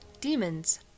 Demons